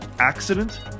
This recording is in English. accident